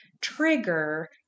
trigger